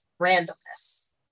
randomness